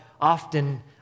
often